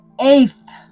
eighth